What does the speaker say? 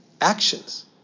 actions